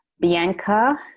bianca